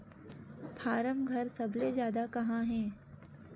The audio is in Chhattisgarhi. फारम घर सबले जादा कहां हे